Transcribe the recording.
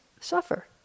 suffer